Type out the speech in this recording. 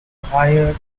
higher